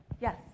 Yes